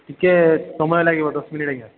ଟିକେ ସମୟ ଲାଗିବ ଦଶ ମିନିଟ ଆଜ୍ଞା